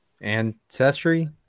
Ancestry